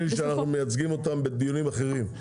לי שאנחנו מייצגים אותם בדיונים אחרים.